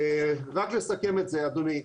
רק לסכם את זה, אדוני,